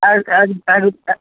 এক এক এক এক